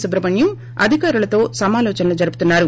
సుబ్రమణ్యం అధికారులతో సమాలోచనలు ్జరుపుతున్నారు